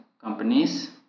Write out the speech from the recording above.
companies